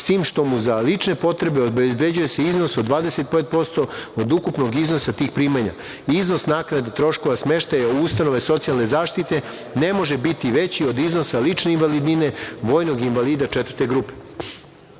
s tim što mu za lične potrebe obezbeđuje se iznos od 25% od ukupnog iznosa tih primanja. Iznos naknade troškova smeštaja u ustanove socijalne zaštite ne može biti veći od iznosa lične invalidnine vojnog invalida četvrte